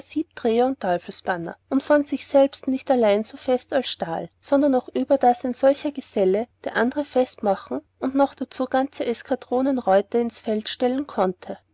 und von sich selbsten nicht allein so fest als stahl sondern auch überdas ein solcher geselle der andere fest machen und noch darzu ganze eskadronen reuter ins feld stellen konnte